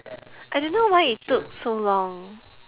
I don't know why it took so long